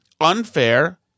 unfair